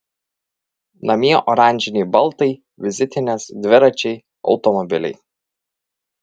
namie oranžiniai baldai vizitinės dviračiai automobiliai